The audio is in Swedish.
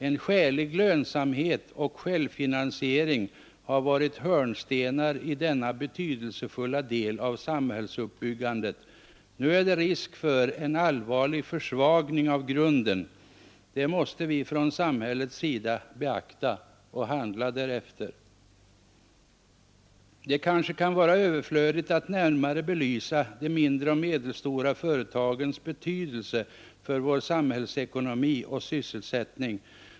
En skälig lönsamhet och självfinansiering har varit hörnstenar i denna betydelsefulla del av samhällsuppbyggandet. Nu är det risk för en allvarlig försvagning av grunden. Det måste vi från samhällets sida beakta och handla därefter. Det kanske kan vara överflödigt att närmare belysa de mindre och medelstora företagens betydelse för vår samhällsekonomi och sysselsättning.